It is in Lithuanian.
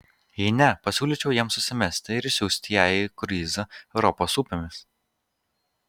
jei ne pasiūlyčiau jiems susimesti ir išsiųsti ją į kruizą europos upėmis